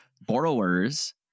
Borrowers